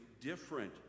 different